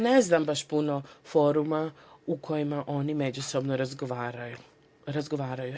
Ne znam baš puno foruma u kojima oni međusobno razgovaraju.